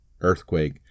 Earthquake